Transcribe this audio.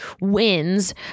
wins